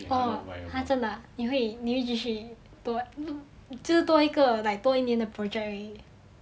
orh !huh! 真的你会你会继续多就是多一个多一年的 project 而已